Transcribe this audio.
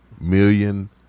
million